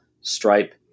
Stripe